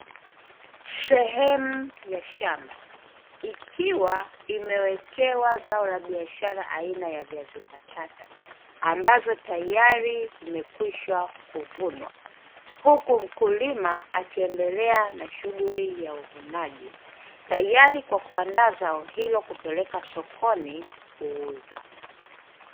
Sehemu ya shamba ikiwa imewekewa zao la biashara aina ya viazi mbatata ambazo tayari zimekwisha kuvunwa huku mkulima akiendelea na shughuli ya uvunaji tayari kwa kuandaa zao hilo kwa kupeleka sokoni kuuza.